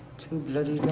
too bloody